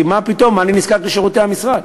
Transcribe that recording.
כי מה פתאום אני נזקק לשירותי המשרד?